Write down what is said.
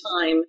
time